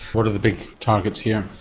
what are the big targets here?